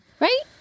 Right